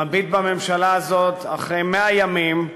מביט בממשלה הזאת אחרי 100 ימים,